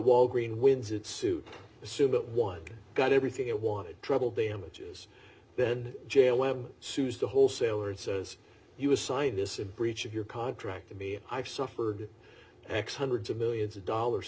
walgreen wins it suit assume that one got everything it wanted trouble damages then jail em sues the wholesalers says he was signed is a breach of your contract to me i've suffered x hundreds of millions of dollars